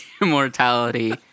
Immortality